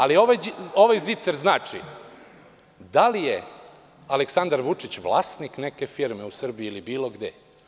Ali, ovaj zicer znači – da li je Aleksandar Vučić vlasnik neke firme u Srbiji ili bilo gde?